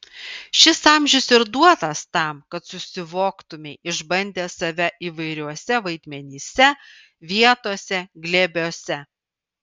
šis amžius ir duotas tam kad susivoktumei išbandęs save įvairiuose vaidmenyse vietose glėbiuose